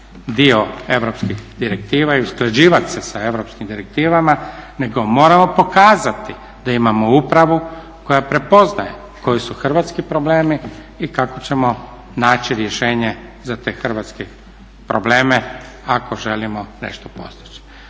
dio europskih direktiva i usklađivati se sa europskim direktivama nego moramo pokazati da imamo upravu koja prepoznaje koji su hrvatski problemi i kako ćemo naći rješenje za te hrvatske probleme ako želimo nešto postići.